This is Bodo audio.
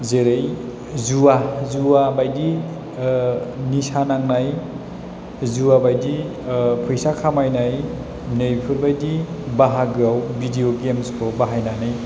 जेरै जुवा जुवा बायदि निसा नांनाय जुवा बायदि फैसा खामायनाय नै बेफोरबायदि बाहागोआव भिडिअ गेमसखौ बाहायनानै